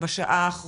נושא הומניטרי מאין